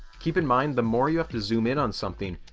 keep in mind, the more you have to zoom in on something,